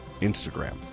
Instagram